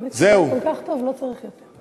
אתה כל כך טוב, לא צריך יותר.